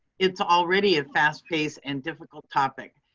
it's already a fast paced and difficult topic.